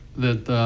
that